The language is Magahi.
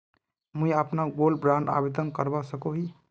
मुई अपना गोल्ड बॉन्ड आवेदन करवा सकोहो ही?